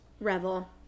revel